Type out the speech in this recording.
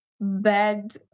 bad